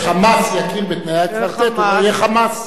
כש"חמאס" יכיר בתנאי הקוורטט הוא לא יהיה "חמאס".